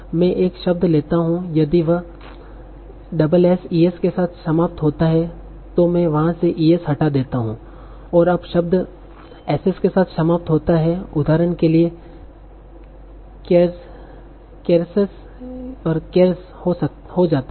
मैं एक शब्द लेता हूं यदि वह 'sses' के साथ समाप्त होता है तो मैं वहां से 'es' हटा देता हूं और अब शब्द 'ss' के साथ समाप्त होता है उदाहरण के लिए caresses caress हो जाता है